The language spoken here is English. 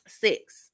six